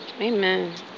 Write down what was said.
Amen